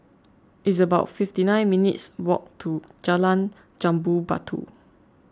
it's about fifty nine minutes' walk to Jalan Jambu Batu